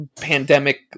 pandemic